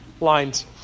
lines